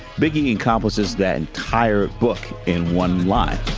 begin encompasses that entire book in one life.